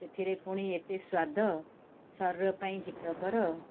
ସେଥିରେ ପୁଣି ଏତେ ସ୍ଵାଦ ଶରୀର ପାଇଁ ହିତକର